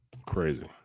Crazy